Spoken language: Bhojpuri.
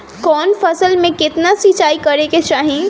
कवन फसल में केतना सिंचाई करेके चाही?